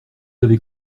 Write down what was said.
avez